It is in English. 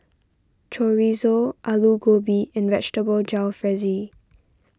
Chorizo Alu Gobi and Vegetable Jalfrezi